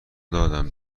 دادم